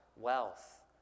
wealth